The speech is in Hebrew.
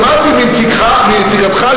שמעתי מנציגתך,